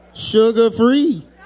sugar-free